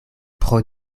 pro